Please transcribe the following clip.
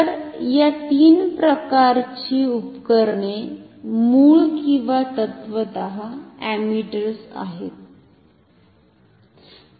तर या तीन प्रकारची उपकरणे मूळ किंवा तत्त्वतः अमीटर्स आहेत